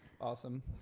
awesome